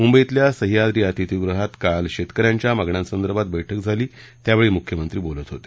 मुंबईतल्या सह्याद्री अतिथीगृहात काल राज्यातील शेतकऱ्यांच्या मागण्यांसंदर्भात बैठक झाली त्यावेळी मुख्यमंत्री बोलत होते